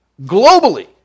globally